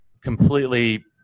completely